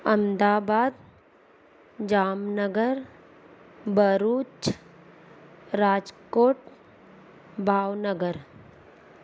Ahmedabad Jamnagar Bharuch Rajkot Bhavnagar